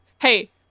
hey